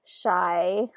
shy